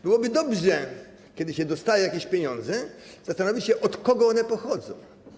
Byłoby dobrze, kiedy się dostaje jakieś pieniądze, zastanowić się, od kogo one pochodzą.